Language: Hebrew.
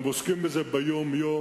הם עוסקים בזה ביום-יום,